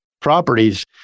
properties